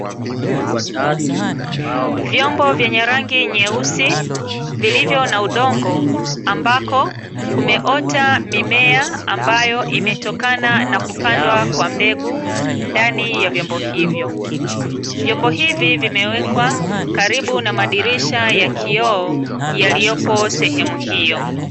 Vyombo vyenye rangi nyeusi, vilivyo na udongo ambako kumeota mimea, ambayo imetokana na kupandwa kwa mbegu ndani ya vyombo hivyo. Vyombo hivi vimewekwa, karibu na madirisha ya kioo yaliyopo sehemu hiyo.